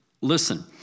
listen